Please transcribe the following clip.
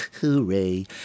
hooray